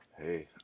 Hey